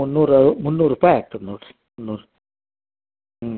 ಮುನ್ನೂರು ಮುನ್ನೂರು ರೂಪಾಯಿ ಆಗ್ತದೆ ನೋಡಿರಿ ಮುನ್ನೂರು ಹ್ಞೂ